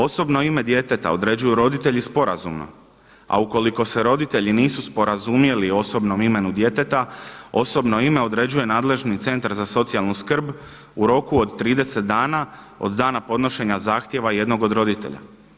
Osobno ime djeteta određuju roditelji sporazumno, a ukoliko se roditelji nisu sporazumjeli o osobnom imenu djeteta osobno ime određuje nadležni Centar za socijalnu skrb u roku od 30 dana od dana podnošenja zahtjeva jednog od roditelja.